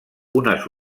unes